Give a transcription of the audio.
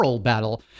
battle